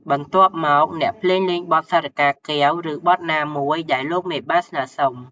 បន្ទាប់មក អ្នកភ្លេងលេងបទសារិកាកែវ ឬបទណាមួយដែលលោកមេបាស្នើសុំ។